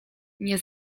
nie